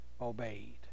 obeyed